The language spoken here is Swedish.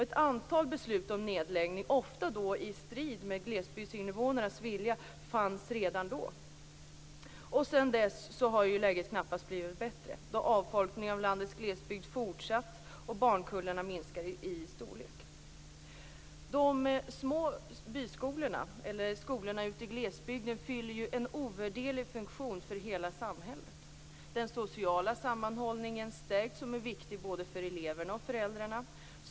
Ett antal beslut om nedläggning, ofta i strid med glesbygdsinvånarnas vilja, fanns redan då. Sedan dess har läget knappast blivit bättre. Avfolkningen av landets glesbygd har fortsatt, och barnkullarna minskar i storlek. De små skolorna ute i glesbygden fyller en ovärderlig funktion för hela samhället. De stärker den sociala sammanhållningen, som är viktig både för eleverna och för föräldrarna.